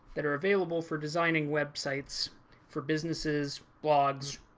that are available for designing websites for businesses, blogs,